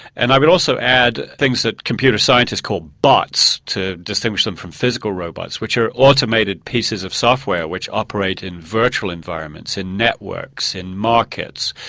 and i would also add things that computer scientists call bots to distinguish them from physical robots, which are automated pieces of software which operate in virtual environments, in networks, in markets.